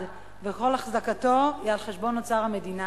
וכל אחזקתו היא על חשבון אוצר המדינה,